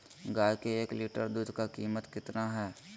गाय के एक लीटर दूध का कीमत कितना है?